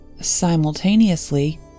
Simultaneously